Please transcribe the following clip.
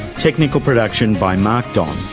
technical production by mark don.